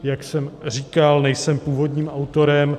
Jak jsem říkal, nejsem původním autorem.